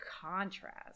contrast